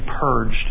purged